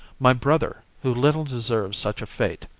my brother, who little deserved such a fate,